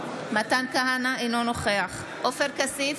אינו נוכח עופר כסיף,